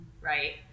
right